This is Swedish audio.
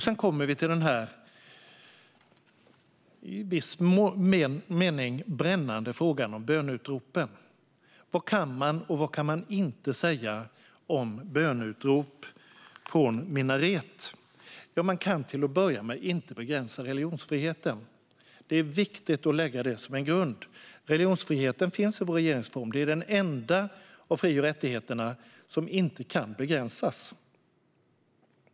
Så kommer vi till den i viss mening brännande frågan om böneutrop. Vad kan och kan man inte säga om böneutrop från minaret? Man kan till att börja med inte begränsa religionsfriheten. Det är viktigt att lägga det som en grund. Religionsfriheten finns i vår regeringsform och är den enda av fri och rättigheterna som inte kan begränsas.